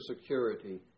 security